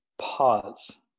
pause